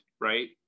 right